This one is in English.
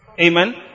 amen